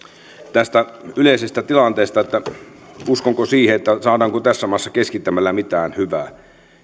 tästä yleisestä tilanteesta että uskonko siihen saadaanko tässä maassa keskittämällä mitään hyvää